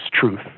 truth